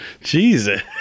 Jesus